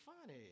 funny